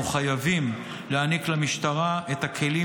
אנחנו חייבים להעניק למשטרה את הכלים